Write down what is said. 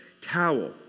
towel